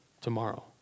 Tomorrow